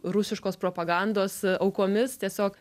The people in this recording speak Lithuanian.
rusiškos propagandos aukomis tiesiog